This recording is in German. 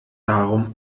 darum